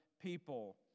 people